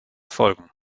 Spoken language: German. folgen